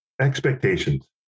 expectations